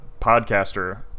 podcaster